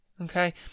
Okay